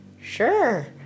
sure